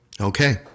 Okay